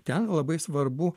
ten labai svarbu